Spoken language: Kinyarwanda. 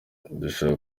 ndashaka